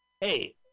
Hey